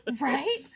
Right